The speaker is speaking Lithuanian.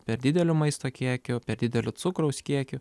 per dideliu maisto kiekiu per dideliu cukraus kiekiu